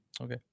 Okay